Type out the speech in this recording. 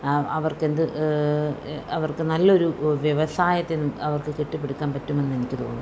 അവർക്ക് എന്ത് അവർക്ക് നല്ലൊരു വ്യവസായത്തിന് അവർക്ക് കെട്ടിപ്പടുക്കാൻ പറ്റുമെന്ന് എനിക്ക് തോന്നുന്നു